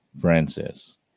Francis